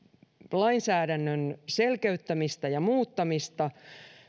lainsäädännön selkeyttämistä ja muuttamista